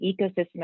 ecosystem